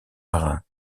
marins